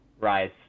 rise